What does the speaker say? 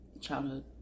Childhood